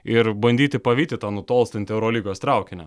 ir bandyti pavyti tą nutolstantį eurolygos traukinį